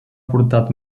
portat